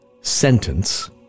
sentence